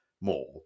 more